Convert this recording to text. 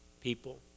people